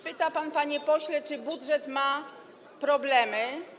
Pyta pan, panie pośle, czy budżet ma problemy.